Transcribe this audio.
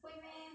会 meh